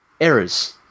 errors